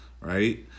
Right